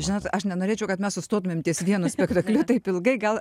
žinot aš nenorėčiau kad mes sustotumėm ties vienu spektakliu taip ilgai gal